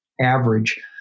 average